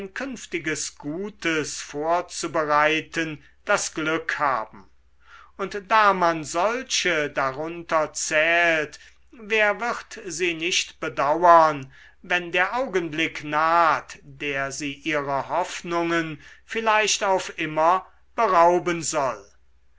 künftiges gutes vorzubereiten das glück haben und da man solche darunter zählt wer wird sie nicht bedauern wenn der augenblick naht der sie ihrer hoffnungen vielleicht auf immer berauben soll